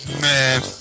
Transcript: man